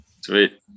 sweet